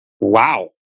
wow